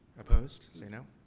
opposed, say, no.